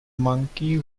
monkey